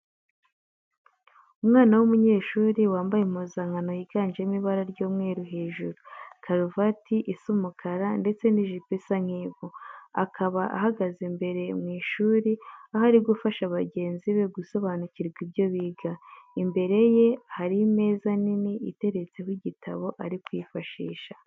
Umwana w'umunyeshuri wambaye impuzankano yiganjemo ibara ry'umweru hejuru, karuvati isa umukara ndetse n'ijipo isa nk'ivu. Akaba ahagaze mbere mu ishuri aho ari gufasha bagenzi be gusobanukirwa ibyo biga. Imbere ye hari imeza nini iteretseho igitabo ari kwifashisha.